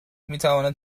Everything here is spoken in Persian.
میتوانند